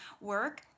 work